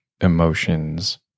emotions